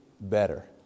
better